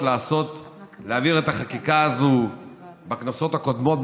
להעביר את החקיקה הזאת בכנסות הקודמות,